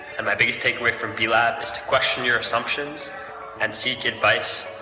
and my biggest takeaway from b-lab is to question your assumptions and seek advice,